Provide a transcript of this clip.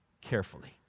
carefully